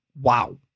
wow